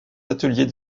ateliers